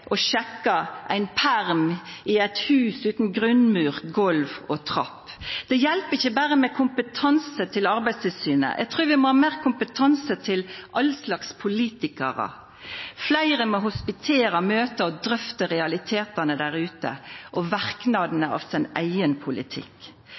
sjekka ein perm i eit hus utan grunnmur, golv og trapp. Det hjelper ikkje berre med kompetanse til Arbeidstilsynet. Eg trur vi må ha meir kompetanse til all slags politikarar. Fleire må hospitera, møta og drøfta realitetane der ute og